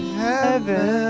heaven